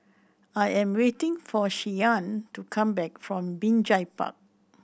I am waiting for Shyanne to come back from Binjai Park